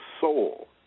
soul